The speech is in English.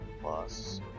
plus